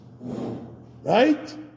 Right